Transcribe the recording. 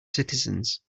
citizens